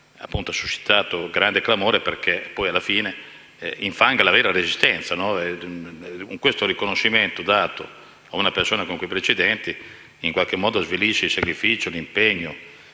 appunto, ha suscitato grande clamore perché, alla fine, ciò infanga la vera Resistenza. Questo riconoscimento, dato a una persona con quei precedenti, svilisce il sacrificio e l'impegno